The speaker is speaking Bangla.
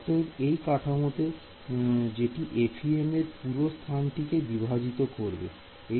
অতএব এই কাঠামোটি যেটি FEM এর পুরো স্থানটিকে বিভাজিত করবে